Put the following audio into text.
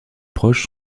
proches